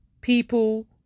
people